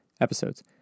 Episodes